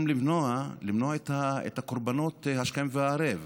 גם למנוע, למנוע את הקורבנות השכם והערב.